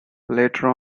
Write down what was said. later